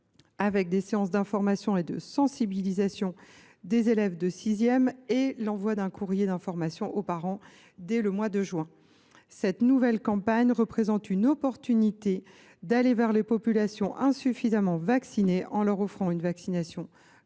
– séances d’information et de sensibilisation des élèves de sixième, envoi d’un courrier d’information aux parents dès le mois de juin… Cette nouvelle campagne représente l’occasion d’aller vers les populations insuffisamment vaccinées en leur offrant une vaccination gratuite,